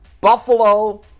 Buffalo